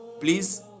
Please